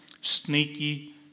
sneaky